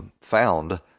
found